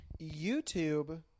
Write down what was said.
YouTube